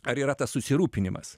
ar yra tas susirūpinimas